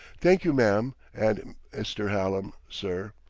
thank you, ma'am, and mr. hallam, sir.